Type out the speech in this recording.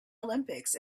olympics